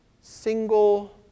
single